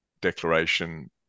declaration